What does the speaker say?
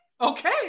Okay